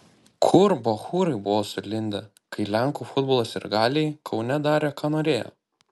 kur bachūrai buvo sulindę kai lenkų futbolo sirgaliai kaune darė ką norėjo